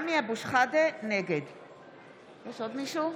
נגד זהו.